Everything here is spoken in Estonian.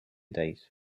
täis